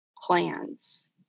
plans